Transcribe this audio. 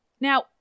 Now